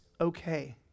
okay